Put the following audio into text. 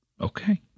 Okay